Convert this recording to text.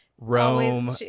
Rome